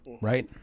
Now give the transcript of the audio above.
Right